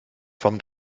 vom